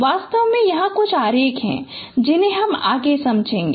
वास्तव में यहाँ कुछ आरेख हैं जिन्हें हम आगे समझेगे